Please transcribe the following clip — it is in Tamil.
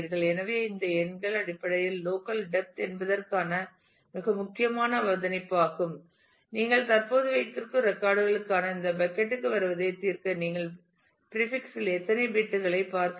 எனவே இந்த எண்கள் அடிப்படையில் லோக்கல் டெப்த் என்பதற்கான மிக முக்கியமான அவதானிப்பாகும் நீங்கள் தற்போது வைத்திருக்கும் ரெக்கார்ட் களுக்காக இந்த பக்கட் க்கு வருவதைத் தீர்க்க நீங்கள் பிரீபிக்ஸ் இல் எத்தனை பிட்களைப் பார்க்க வேண்டும்